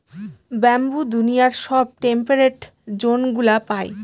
bamboo দুনিয়ার সব temperate জোনগুলা পায়